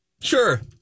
Sure